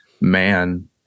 man